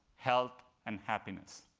health, and happiness.